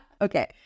Okay